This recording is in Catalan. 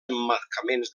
emmarcaments